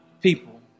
people